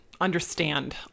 understand